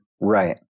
Right